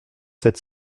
sept